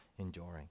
enduring